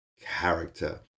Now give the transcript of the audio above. character